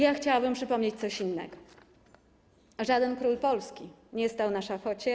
Ja chciałabym przypomnieć coś innego: „Żaden król polski nie stał na szafocie,